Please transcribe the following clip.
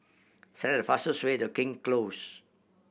select the fastest way the King Close